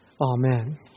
Amen